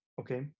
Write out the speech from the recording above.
okay